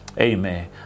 Amen